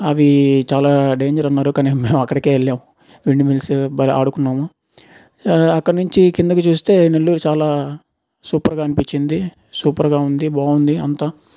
అవి చాలా డేంజర్ అన్నారు కానీ మేము అక్కడికే వెళ్ళాము విండ్మిల్స్ బాగా ఆడుకున్నాం అక్కడి నుంచి కిందకు చూస్తే నెల్లూరు చాలా సూపర్గా అనిపించింది సూపర్గా ఉంది బాగుంది అంతా